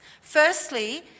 Firstly